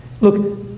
Look